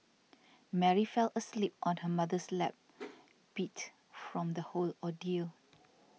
Mary fell asleep on her mother's lap beat from the whole ordeal